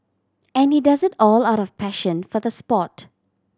and he does it all out of passion for the sport